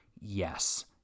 yes